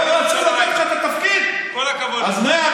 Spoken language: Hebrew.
לא רצו לתת לך את התפקיד, כל הכבוד לך.